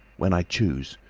when i choose.